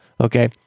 okay